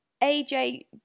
AJ